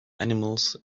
animals